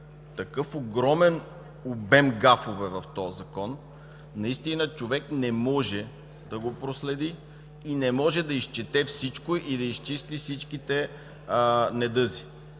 такъв огромен обем гафове в този Закон човек не може да го проследи и не може да изчете всичко, и да изчисти всичките недъзи.